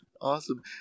Awesome